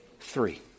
Three